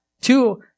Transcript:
Two